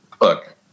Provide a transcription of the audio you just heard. look